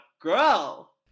girl